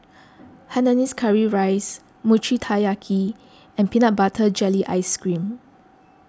Hainanese Curry Rice Mochi Taiyaki and Peanut Butter Jelly Ice Cream